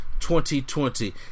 2020